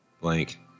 Blank